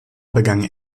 begann